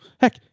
Heck